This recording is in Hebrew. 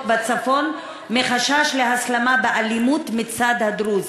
בצפון מחשש להסלמה באלימות מצד הדרוזים.